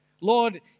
Lord